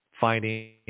finding